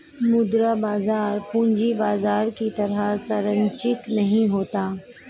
मुद्रा बाजार पूंजी बाजार की तरह सरंचिक नहीं होता